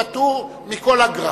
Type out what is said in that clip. פטור מכל אגרה.